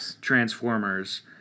Transformers